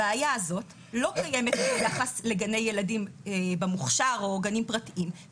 הבעיה הזאת לא קיימת ביחס לגני ילדים במוכשר או גנים פרטיים.